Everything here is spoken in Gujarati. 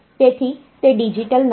તેથી તે ડિજિટલ નથી